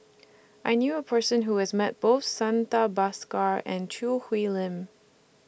I knew A Person Who has Met Both Santha Bhaskar and Choo Hwee Lim